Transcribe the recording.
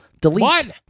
delete